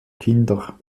kinder